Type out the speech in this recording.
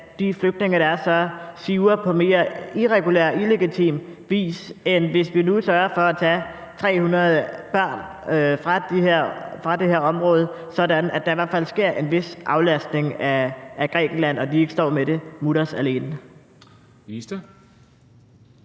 at de flygtninge, der er, siver på mere irregulær, illegitim vis, end hvis vi nu sørger for at tage 300 børn fra det her område, sådan at der i hvert fald sker en vis aflastning af Grækenland, og at de ikke står med det mutters alene?